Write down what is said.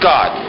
God